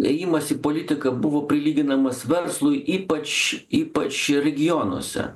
ėjimas į politiką buvo prilyginamas verslui ypač ypač regionuose